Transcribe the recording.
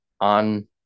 on